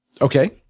Okay